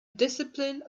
discipline